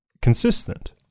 Consistent